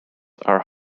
are